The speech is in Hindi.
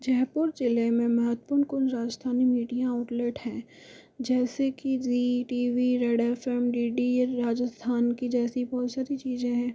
जयपुर ज़िले मे महत्वपूर्ण कुल राजस्थानी मीडिया आउट्लेट है जैसे कि Zee T V Red F M D D Rajasthan कि जैसी बहुत सारी चीज़ें है